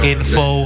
Info